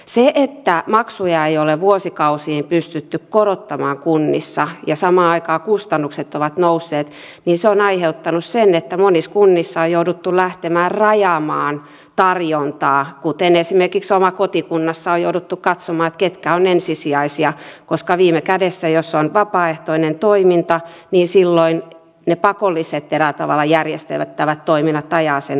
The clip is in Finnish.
se että maksuja ei ole vuosikausiin pystytty korottamaan kunnissa ja samaan aikaan kustannukset ovat nousseet on aiheuttanut sen että monissa kunnissa on jouduttu lähtemään rajaamaan tarjontaa kuten esimerkiksi omassa kotikunnassani on jouduttu katsomaan ketkä ovat ensisijaisia koska viime kädessä jos on vapaaehtoista toimintaa ne eräällä tavalla pakolliset järjestettävät toiminnat ajavat sen ohitse